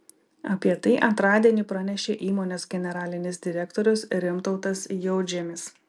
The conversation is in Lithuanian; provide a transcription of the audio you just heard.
apie tai antradienį pranešė įmonės generalinis direktorius rimtautas jautžemis